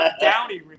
Downey